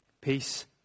peace